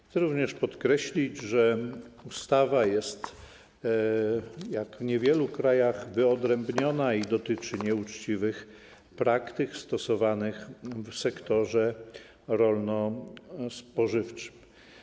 Chcę również podkreślić, że ustawa jest, jak w niewielu krajach, wyodrębniona i dotyczy nieuczciwych praktyk stosowanych w sektorze rolno-spożywczym.